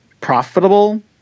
profitable